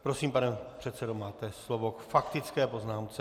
Prosím, pane předsedo, máte slovo k faktické poznámce.